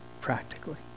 practically